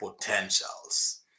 potentials